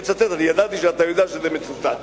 ידעתי שאתה יודע שזה מצוטט,